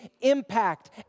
impact